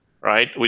right